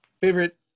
favorite